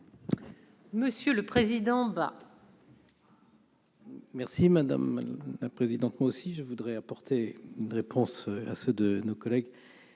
Monsieur le président. Merci madame la présidente, moi aussi, je voudrais apporter une réponse à ceux de nos collègues